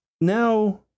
now